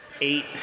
Eight